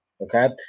okay